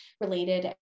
related